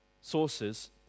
sources